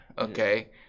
Okay